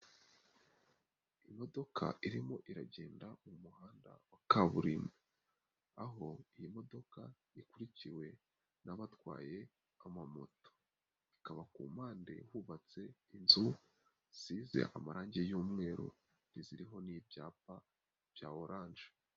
Imodoka irimo iragenda mu muhanda wa kaburimbo, aho iyi modoka ikurikiwe n'abatwaye amamoto, ikaba ku mpande hubatse inzu zise amarangi y'umweru, ziriho n'ibyapa bya oranje.